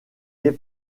est